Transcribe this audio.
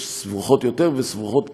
יש סבוכות יותר וסבוכות פחות,